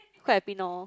quite happy now loh